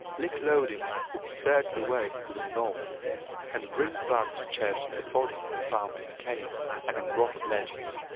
lik-loden would search the waves to the north and bring back to church the bodies he found in caves and on rock ledges.